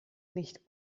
nicht